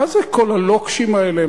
מה זה כל הלוקשים האלה,